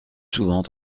souvent